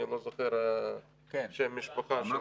אני לא זוכר את שם המשפה שלו.